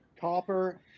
copper